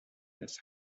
his